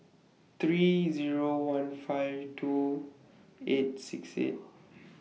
three Zero one five two eight six eight